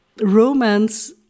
romance